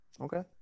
Okay